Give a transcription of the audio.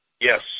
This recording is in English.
Yes